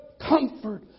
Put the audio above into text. comfort